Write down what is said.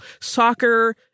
soccer